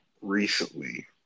recently